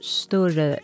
större